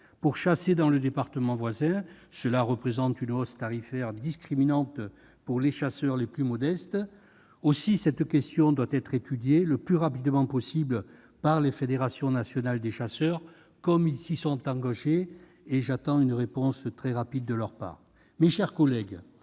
pour chasser dans le département voisin, et cela représente une hausse tarifaire discriminante pour les chasseurs les plus modestes. Cette question doit être étudiée le plus rapidement possible par la Fédération nationale des chasseurs, comme elle s'y est engagée ; j'attends une réponse très rapide de sa part. Il nous